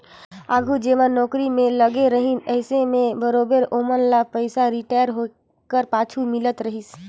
आघु जेमन नउकरी में लगे रहिन अइसे में बरोबेर ओमन ल पेंसन रिटायर होए कर पाछू मिलत रहिस